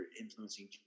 influencing